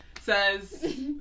says